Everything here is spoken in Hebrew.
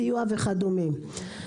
סיוע וכדומה.